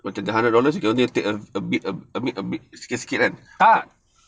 tak